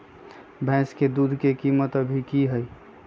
भैंस के दूध के कीमत अभी की हई?